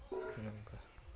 ᱚᱱᱮᱚᱝᱠᱟ